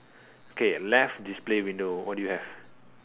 okay left display window what do you have